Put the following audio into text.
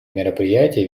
мероприятия